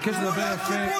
אני מבקש לדבר יפה.